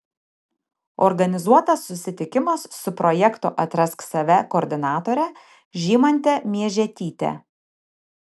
organizuotas susitikimas su projekto atrask save koordinatore žymante miežetyte